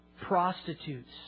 prostitutes